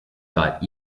dot